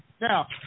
Now